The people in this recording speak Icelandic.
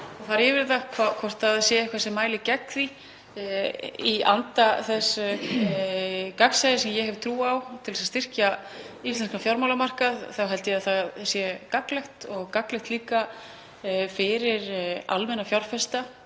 og fara yfir hvort eitthvað sé sem mælir gegn því. Í anda þess gagnsæis sem ég hef trú á til að styrkja íslenskan fjármálamarkað held ég að það sé gagnlegt og gagnlegt líka fyrir almenna fjárfesta.